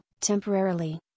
temporarily